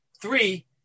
three